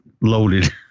loaded